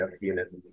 unit